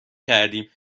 کردیم